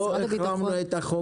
את רואה שלא החרמנו את החוק שלך.